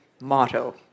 motto